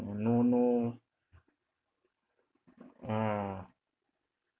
oh no no ah